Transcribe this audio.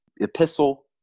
epistle